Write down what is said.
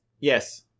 yes